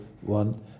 one